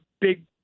big